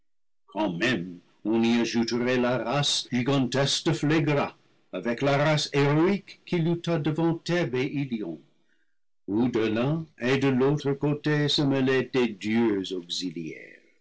la race gigantesque de phlégra avec la race héroïque qui lutta devant thèbes et ilion où de l'un et de l'autre côté se mêlaient des dieux